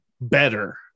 better